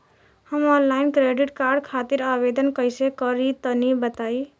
हम online credit card खातिर आवेदन कइसे करि तनि बताई?